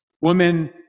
women